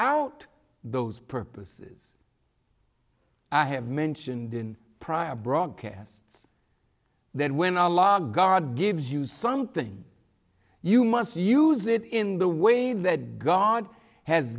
out those purposes i have mentioned in prior broadcasts that when a law god gives you something you must use it in the way that god has